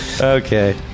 Okay